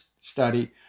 study